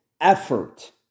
effort